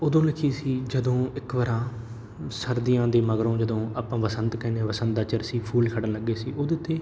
ਉਦੋਂ ਲਿਖੀ ਸੀ ਜਦੋਂ ਇੱਕ ਵਰਾਂ ਸਰਦੀਆਂ ਦੇ ਮਗਰੋਂ ਜਦੋਂ ਆਪਾਂ ਬਸੰਤ ਕਹਿੰਦੇ ਆ ਬਸੰਦਾ ਦਾ ਚਰਸੀ ਫੁੱਲ ਖਿੜਨ ਲੱਗੇ ਸੀ ਉਹਦੇ 'ਤੇ